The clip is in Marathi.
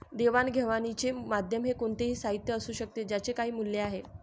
देवाणघेवाणीचे माध्यम हे कोणतेही साहित्य असू शकते ज्याचे काही मूल्य आहे